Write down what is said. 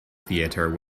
theater